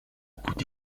coûté